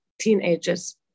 teenagers